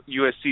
USC